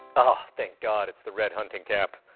oh, thank god, it's the red hunting cap.